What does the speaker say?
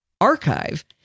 Archive